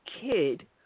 kid